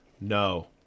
no